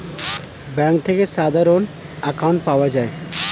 bank থেকে সাধারণ account পাওয়া যায়